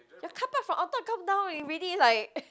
your car park from on top come down ready like